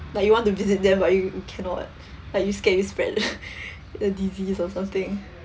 like you want to visit them but yo~ you cannot like you scared you spread the disease or something